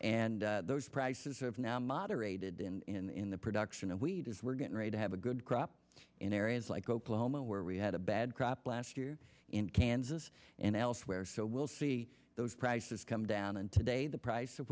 and those prices have now moderated in the production of wheat as we're getting ready to have a good crop in areas like oklahoma where we had a bad crop last year in kansas and elsewhere so we'll see those prices come down and today the price of